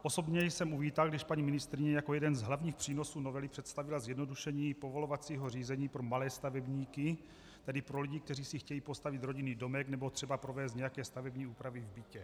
Osobně jsem uvítal, když paní ministryně jako jeden z hlavních přínosů novely představila zjednodušení povolovacího řízení pro malé stavebníky, tedy pro lidi, kteří si chtějí postavit rodinný domek nebo třeba provést nějaké stavební úpravy v bytě.